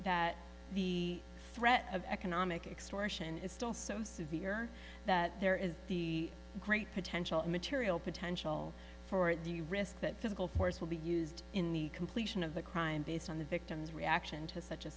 that the threat of economic extortion is still so severe that there is the great potential material potential for the risk that physical force will be used in the completion of the crime based on the victim's reaction to such a